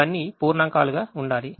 ఇవన్నీ పూర్ణాంకాలుగా ఉండాలి